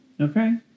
Okay